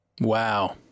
Wow